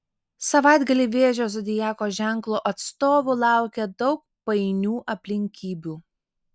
savaitgalį vėžio zodiako ženklo atstovų laukia daug painių aplinkybių